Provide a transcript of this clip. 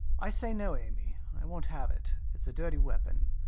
i say no, amy. i won't have it. it's a dirty weapon.